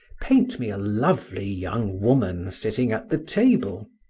paint me a lovely young woman sitting at the table.